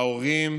ההורים,